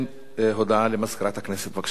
בנושא: השלכות המחסור בגז